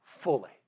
fully